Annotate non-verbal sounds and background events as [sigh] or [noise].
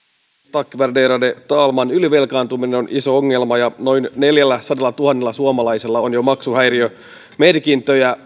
puhemies värderade talman ylivelkaantuminen on iso ongelma ja noin neljälläsadallatuhannella suomalaisella on jo maksuhäiriömerkintöjä [unintelligible]